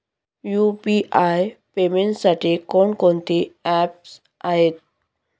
UPI पेमेंटसाठी कोणकोणती apps आहेत?